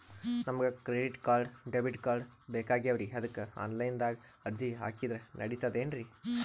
ನಮಗ credit card, debit card ಬೇಕಾಗ್ಯಾವ್ರೀ ಅದಕ್ಕ ಆನಲೈನದಾಗ ಅರ್ಜಿ ಹಾಕಿದ್ರ ನಡಿತದೇನ್ರಿ?